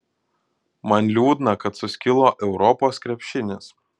man liūdna kad suskilo europos krepšinis